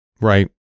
right